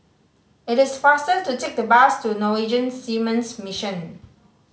it is faster to take the bus to Norwegian Seamen's Mission